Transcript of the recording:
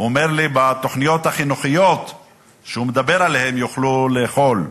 אומר לי: בתוכניות החינוכיות שהוא מדבר עליהן יוכלו לאכול.